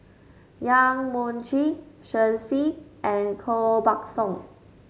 Yong Mun Chee Shen Xi and Koh Buck Song